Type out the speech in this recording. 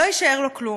לא יישאר לו כלום.